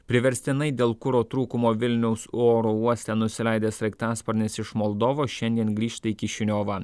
priverstinai dėl kuro trūkumo vilniaus oro uoste nusileidęs sraigtasparnis iš moldovos šiandien grįžta į kišiniovą